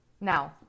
now